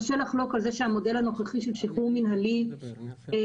קשה לחלוק על זה שהמודל הנוכחי של שחרור מינהלי הורחב.